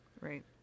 Right